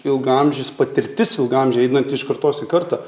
ilgaamžis patirtis ilgaamžė einant iš kartos į kartą